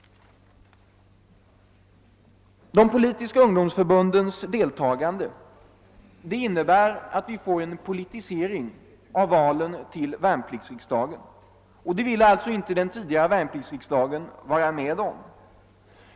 "De politiska ungdomsförbundens del tagande innebär att vi får en politisering av valen till värnpliktsriksdagarna, och det ville alltså inte den tidigare värnpliktsriksdagen vara med om.